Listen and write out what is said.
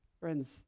Friends